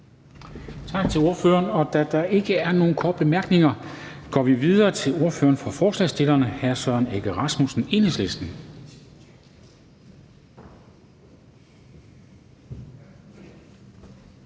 Tak til ordføreren. Da der ikke er nogen korte bemærkninger, går vi videre til ordføreren for forslagsstillerne, hr. Søren Egge Rasmussen, Enhedslisten.